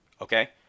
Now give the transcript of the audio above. Okay